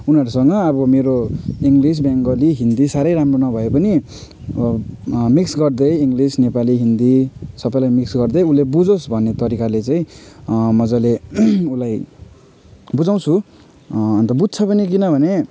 उनीहरूसँग अब मेरो इङ्लिस बङ्गाली हिन्दी साह्रै राम्रो नभए पनि मिक्स गर्दै इङ्लिस नेपाली हिन्दी सबैलाई मिक्स गर्दै उसले बुझोस् भन्ने तरिकाले चाहिँ मजाले उसलाई बुझाउँछु अन्त बुझ्छ पनि किनभने